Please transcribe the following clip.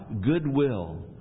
goodwill